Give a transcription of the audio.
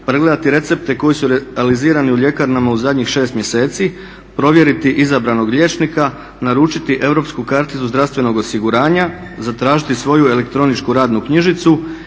pregledati recepte koji su realizirani u ljekarnama u zadnjih 6 mjeseci, provjeriti izabranog liječnika, naručiti europsku karticu zdravstvenog osiguranja, zatražiti svoju elektroničku radnu knjižicu,